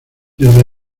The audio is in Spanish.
desde